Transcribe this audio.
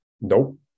Nope